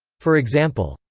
for example,